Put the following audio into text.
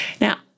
Now